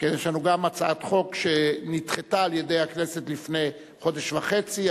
יש לנו גם הצעת חוק שנדחתה על-ידי הכנסת לפני חודש וחצי,